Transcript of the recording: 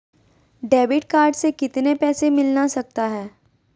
Debit card से कितने पैसे मिलना सकता हैं?